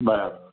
બરાબર